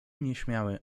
nieśmiały